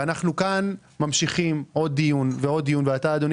אנחנו כאן ממשיכים עוד דיון ועוד דיון ואתה אדוני